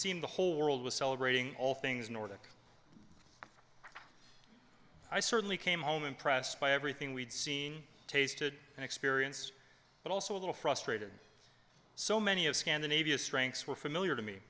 seemed the whole world was celebrating all things nordic i certainly came home impressed by everything we'd seen tasted and experience but also a little frustrated so many of scandinavia strengths were familiar to me